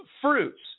fruits